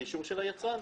זה אישור של היצרן.